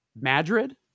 madrid